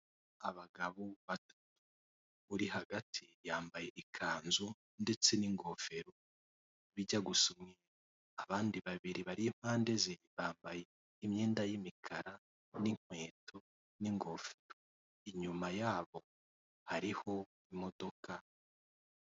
Abapolisi babiri bambaye impuzankano y'Igipolisi cy'u Rwanda bari kumwe n'umugabo w'umwera wambaye ikanzu y'umweru. Uyu mugabo yambaye amapingu, bigaragara ko hari ibyaha akekwaho.